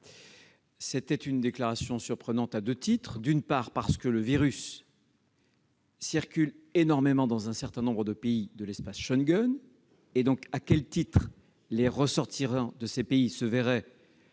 Cette déclaration est surprenante à deux titres. D'une part, le virus circule énormément dans un certain nombre de pays de l'espace Schengen. À quel titre les ressortissants de ces pays se verraient-ils